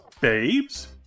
babes